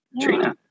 Trina